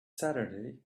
saturday